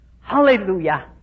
Hallelujah